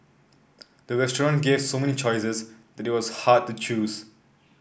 the restaurant gave so many choices that it was hard to choose